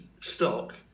stock